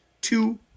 Two